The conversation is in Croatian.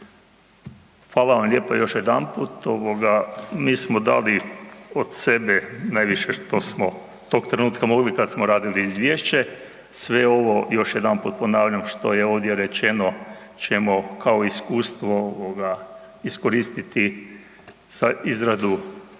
Hvala vam lijepo još jedanput, mi smo dali od sebe najviše što smo tog trenutka mogli kad smo radili izvješće, sve ovo još jedanput ponavljam, što je ovdje rečeno ćemo kao iskustvo iskoristiti za izradu